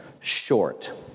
short